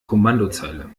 kommandozeile